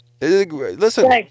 Listen